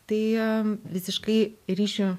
tai visiškai ryšio